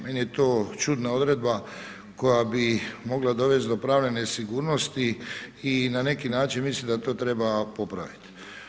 Meni je to čudna odredba koja bi mogla dovesti do pravne nesigurnosti i na neki način mislim da to treba popraviti.